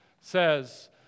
says